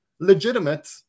legitimate